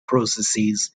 processes